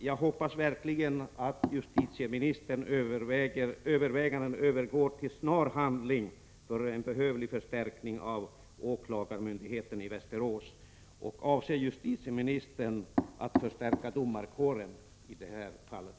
Jag hoppas verkligen att justitieministerns överväganden övergår i snar handling för en behövlig förstärkning av åklagarmyndigheten i Västerås. Avser justitieministern att förstärka också domarkåren?